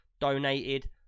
donated